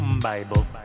Bible